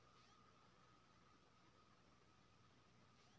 जैविक खेती में पशुपालन के की योगदान छै?